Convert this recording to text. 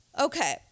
Okay